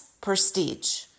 prestige